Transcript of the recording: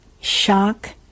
shock